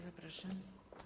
Zapraszam.